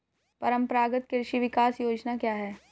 परंपरागत कृषि विकास योजना क्या है?